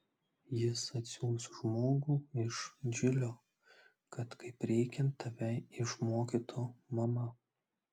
jis atsiųs žmogų iš džilio kad kaip reikiant tave išmokytų mama